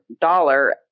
dollar